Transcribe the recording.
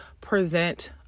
present